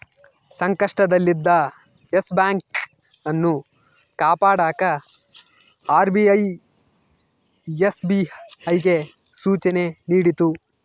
ಸಂಕಷ್ಟದಲ್ಲಿದ್ದ Yes Bank ಅನ್ನು ಕಾಪಾಡಕ ಆರ್.ಬಿ.ಐ ಎಸ್.ಬಿ.ಐಗೆ ಸೂಚನೆ ನೀಡಿತು